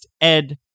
Ed